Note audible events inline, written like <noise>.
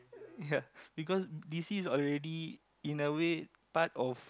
<noise> ya because d_c is already in a way part of